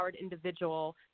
individual